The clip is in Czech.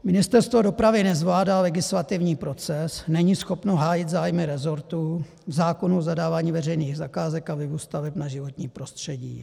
Ministerstvo dopravy nezvládá legislativní proces, není schopno hájit zájmy rezortu v zákonu o zadávání veřejných zakázek a vlivu staveb na životní prostředí.